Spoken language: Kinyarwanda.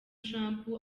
trump